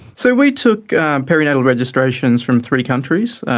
so we took perinatal registrations from three countries,